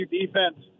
defense